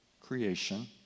creation